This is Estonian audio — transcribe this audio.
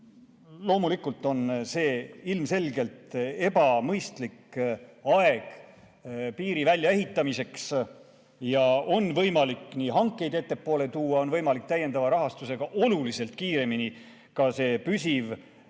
Loomulikult on see ilmselgelt ebamõistlik aeg piiri väljaehitamiseks. On võimalik hankeid ettepoole tuua ja on võimalik täiendava rahastusega oluliselt kiiremini ka see kontrolljoonele